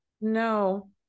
no